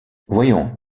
voyons